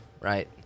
right